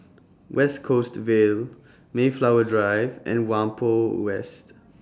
West Coast Vale Mayflower Drive and Whampoa West